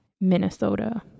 Minnesota